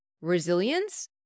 resilience